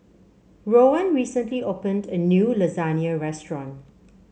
Rowan recently opened a new Lasagna restaurant